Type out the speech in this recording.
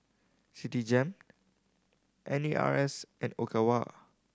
Citigem N A R S and Ogawa